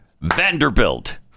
Vanderbilt